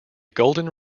golden